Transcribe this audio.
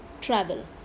travel